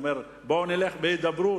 אומר: בואו נלך בהידברות,